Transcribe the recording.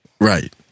Right